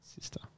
sister